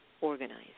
organized